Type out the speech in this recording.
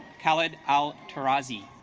khaled al taurasi.